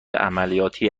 عملیاتی